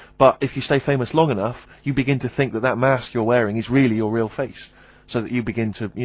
but if you stay famous long enough, you begin to think that that mask you're wearing is really your real face, so that you begin to, you